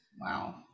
wow